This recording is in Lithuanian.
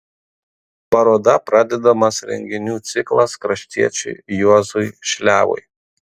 paroda pradedamas renginių ciklas kraštiečiui juozui šliavui